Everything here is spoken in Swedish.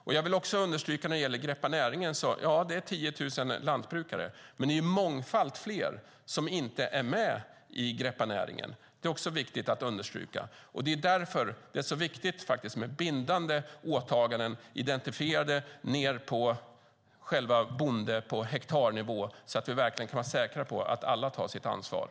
När det gäller Greppa näringen vill jag också understryka att det är 10 000 lantbrukare. Men det är mångfalt fler som inte är med i Greppa näringen. Det är viktigt att understryka. Det är därför det är så viktigt med bindande åtaganden identifierade ned på bonde och hektarnivå så att vi kan vara säkra på att alla tar sitt ansvar.